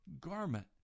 garment